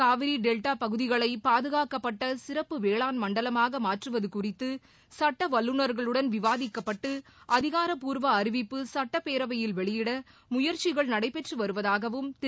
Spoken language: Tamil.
காவிரிடெல்டாபகுதிகளைபாதுகாக்கப்பட்டசிறப்பு வேளாண் மண்டலமாகமாற்றுவதுகுறித்துசட்டவல்லுநர்களுடன் விவாதிக்கப்பட்டுஅதிகாரப்பூர்வஅறிவிப்பு சட்டப்பேரவையில் வெளியிடமுயற்சிகள் நடைபெற்றுவருவதாகவும் திரு